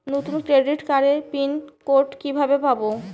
নতুন ক্রেডিট কার্ডের pin code কিভাবে পাব?